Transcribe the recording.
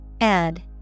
Add